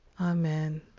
amen